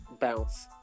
bounce